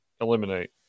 eliminate